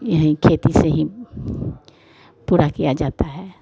यही खेती से ही पूरा किया जाता है